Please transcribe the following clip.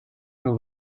nur